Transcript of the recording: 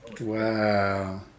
wow